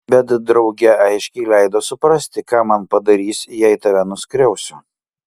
bet drauge aiškiai leido suprasti ką man padarys jei tave nuskriausiu